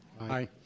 Aye